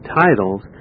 titles